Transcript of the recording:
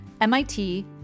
MIT